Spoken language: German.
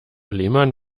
lehmann